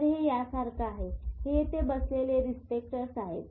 तर हे यासारख आहे हे येथे बसलेले रिसेप्टर्स आहेत